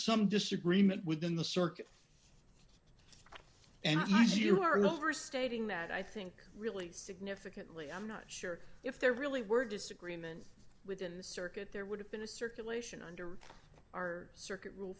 some disagreement within the circuit and i think you are number stating that i think really significantly i'm not sure if there really were disagreements within the circuit there would have been a circulation under our circuit rule